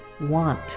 want